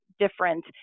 different